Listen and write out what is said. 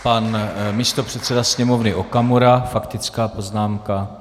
Pan místopředseda Sněmovny Okamura, faktická poznámka.